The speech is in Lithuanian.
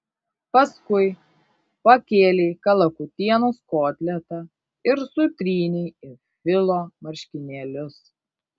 paskui pakėlei kalakutienos kotletą ir sutrynei į filo marškinėlius